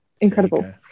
incredible